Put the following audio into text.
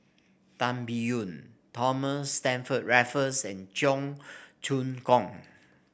Tan Biyun Thomas Stamford Raffles and Cheong Choong Kong